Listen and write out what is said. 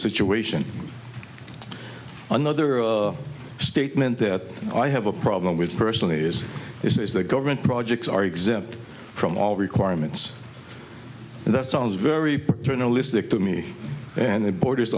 situation another statement that i have a problem with personally is this is the government projects are exempt from all requirements that sounds very paternalistic to me and it borders